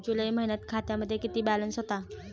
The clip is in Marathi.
जुलै महिन्यात खात्यामध्ये किती बॅलन्स होता?